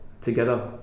together